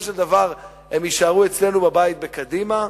של דבר הם יישארו אצלנו בבית בקדימה,